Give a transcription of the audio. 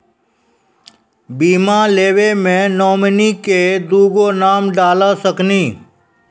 बीमा लेवे मे नॉमिनी मे दुगो नाम डाल सकनी?